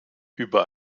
über